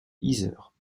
yzeure